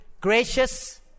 gracious